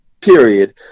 Period